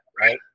right